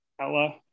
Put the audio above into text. Ella